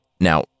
Now